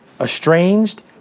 estranged